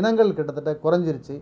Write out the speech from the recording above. இனங்கள் கிட்டத்தட்ட கொறஞ்சிருச்சி